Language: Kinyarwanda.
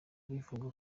rivuga